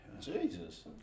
Jesus